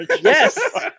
Yes